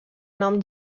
nom